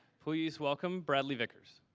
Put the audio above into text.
please welcome bradley vickers.